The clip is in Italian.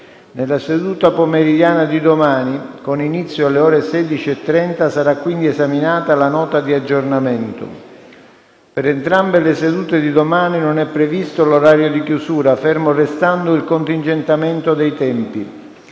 Nella seduta pomeridiana di domani, con inizio alle ore 16,30, sarà dunque esaminata la Nota di aggiornamento. Per entrambe le sedute di domani non è previsto l'orario di chiusura, fermo restando il contingentamento dei tempi.